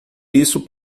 isso